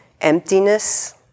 emptiness